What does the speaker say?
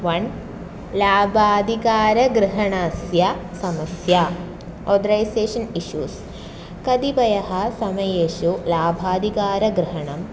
one लाभादिकारग्रहणस्य समस्या authorisation issues कतिपयसमयेषु लाभादिकारग्रहणं